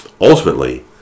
ultimately